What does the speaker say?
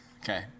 Okay